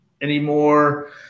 anymore